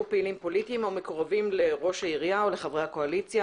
פעילים פוליטיים או מקורבים לראש העירייה או לחברי הקואליציה.